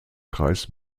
kreis